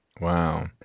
Wow